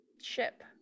ship